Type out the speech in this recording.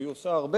והיא עושה הרבה,